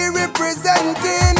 representing